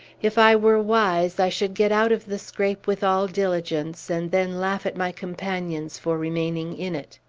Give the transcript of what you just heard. if i were wise, i should get out of the scrape with all diligence, and then laugh at my companions for remaining in it.